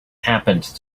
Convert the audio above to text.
happened